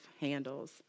handles